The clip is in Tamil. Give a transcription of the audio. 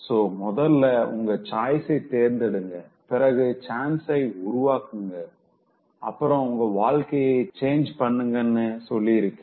சோ முதல்ல உங்க choiceஐ தேர்ந்தெடுங்க பிறகு chanceஐ உருவாக்குங்க அப்புறம் உங்க வாழ்க்கைய change பண்ணுங்கன்னு சொல்லிருக்கேன்